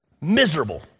Miserable